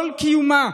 כל קיומה